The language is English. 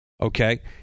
Okay